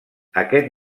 aquest